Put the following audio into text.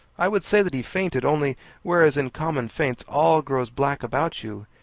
i would say that he fainted only whereas in common faints all grows black about you,